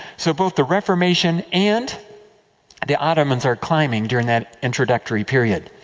so, both the reformation and the ottomans are climbing during that introductory period.